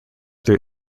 their